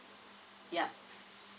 yeah